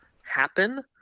happen